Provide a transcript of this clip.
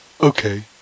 Okay